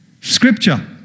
Scripture